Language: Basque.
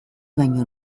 baino